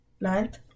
Ninth